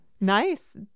Nice